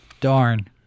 darn